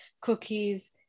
cookies